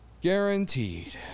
Guaranteed